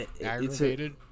aggravated